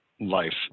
life